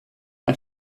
ein